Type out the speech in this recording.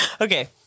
okay